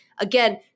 Again